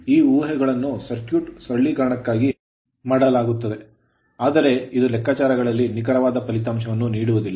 ಈ ಊಹೆಗಳನ್ನು ಸರ್ಕ್ಯೂಟ್ ಸರಳೀಕರಣಕ್ಕಾಗಿ ಮಾಡಲಾಗುತ್ತದೆ ಆದರೆ ಇದು ಲೆಕ್ಕಾಚಾರಗಳಲ್ಲಿ ನಿಖರವಾದ ಫಲಿತಾಂಶವನ್ನು ನೀಡುವುದಿಲ್ಲ